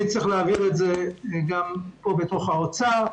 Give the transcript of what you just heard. אני צריך להעביר את זה גם פה בתוך משרד האוצר.